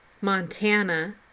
Montana